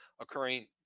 occurring